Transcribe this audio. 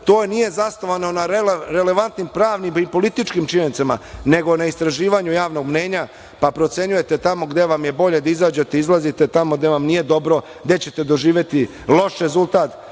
To nije zasnovano na relevantnim pravnim i političkim činjenicama, nego na istraživanju javnog mnjenja, pa procenjujete tamo gde vam je bolje da izađete izlazite, tamo gde vam nije dobro, gde ćete doživeti loš rezultat,